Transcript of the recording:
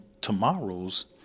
tomorrow's